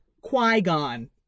Qui-Gon